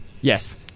Yes